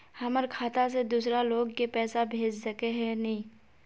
हमर खाता से दूसरा लोग के पैसा भेज सके है ने?